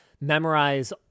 memorize